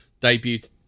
debuted